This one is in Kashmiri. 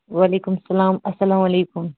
وعلیکُم سلام اسلام علیکُم